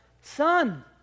Son